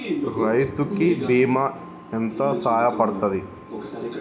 రైతు కి బీమా ఎంత సాయపడ్తది?